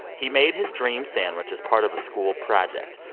he made his dream sandwich as part of a school project.